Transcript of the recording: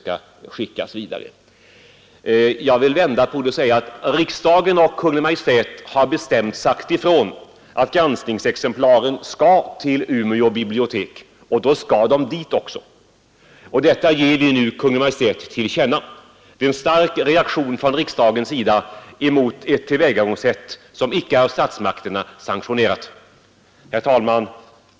Utskottet menar tvärtom att riksdagen och Kungl. Maj:t har bestämt att granskningsexemplaren skall gå till Umeåbiblioteket. Då skall de också dit. Detta ger utskottet nu Kungl. Maj:t till känna. Det är en stark reaktion från riksdagens sida mot ett tillvägagångssätt, som inte sanktionerats av statsmakterna. Herr talman!